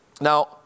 Now